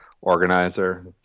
organizer